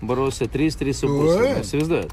baruose trys trys su puse tai įsivaizduojat